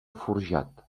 forjat